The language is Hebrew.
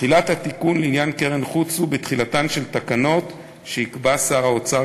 תחילת התיקון לעניין קרן חוץ הוא בתחילתן של תקנות שיקבע שר האוצר,